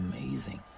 amazing